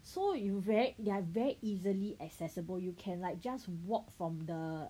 so you ver~ they are very easily accessible you can like just walk from the